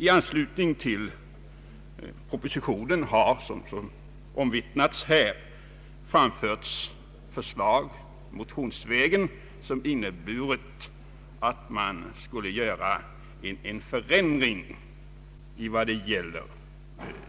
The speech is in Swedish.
I anslutning till propositionen har såsom här har omvittnats framförts förslag motionsvägen som inneburit krav på en förändring av